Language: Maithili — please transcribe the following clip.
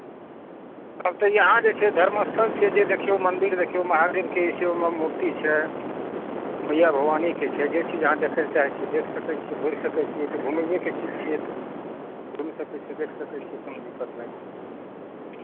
तब तऽ यहाँ जे छै धर्मस्थल छै जे देखयके छै देखियौ मन्दिर देखियौ महादेवके शिव मुर्ति छै मैआ भवानीके छै जे चीज अहाँ देखय लेल चाहै छी देखि सकै छी घुमि सकै छी घुमैएके चीज छै एतय घुमि सकै छी देखि सकै छी कोनो दिक्कत नहि छै